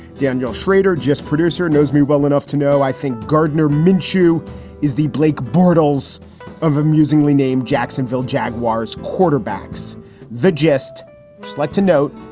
daniel shrader, just producer, knows me well enough to know. i think gardner minshew is the blake bortles of amusingly named jacksonville jaguars quarterbacks va. just like to note,